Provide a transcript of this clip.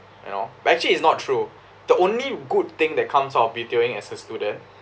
you know actually it's not true the only good thing that comes out of B_T_Oing as a student